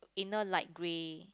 inner light grey